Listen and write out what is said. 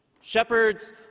Shepherds